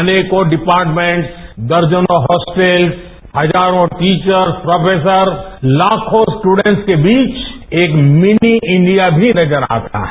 अनेकों डिपार्टमेंट्स दर्जनों हॉस्टल्स हजारों टीवर्स प्रोफेसर्स लाखों स्टूडेंट्स के बीच एक मिनी इंडिया भी नजर आता है